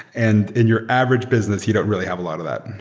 and in your average business, you don't really have a lot of that.